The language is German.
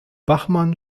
bachmann